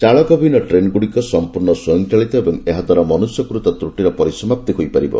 ଚାଳକ ବିହୀନ ଟ୍ରେନ୍ଗୁଡ଼ିକ ସମ୍ପର୍ଶ୍ଣ ସ୍ୱୟଂଚାଳିତ ଏବଂ ଏହାଦ୍ୱାରା ମନୁଷ୍ୟକୃତ ତ୍ରୁଟିର ପରିସମାପ୍ତି ହୋଇପାରିବ